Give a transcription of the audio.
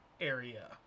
area